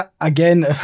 Again